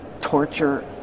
torture